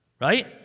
Right